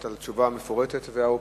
על תשובה מפורטת ואופטימית.